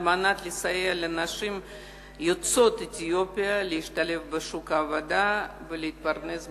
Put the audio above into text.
על מנת לסייע לנשים יוצאות אתיופיה להשתלב בשוק העבודה ולהתפרנס בכבוד.